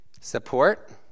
support